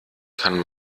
kann